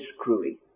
screwy